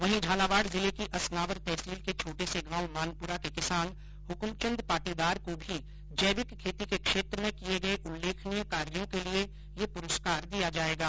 वहीं झालावाड जिले की असनावर तहसील के छोटे से गाव मानपुरा के किसान हुक्मचंद पाटीदार को भी जैविक खेती के क्षेत्र में किए गए उल्लेखनीय कार्यो के लिए यह प्रुस्कार दिया जाएगा